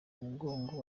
mugongo